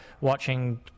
watching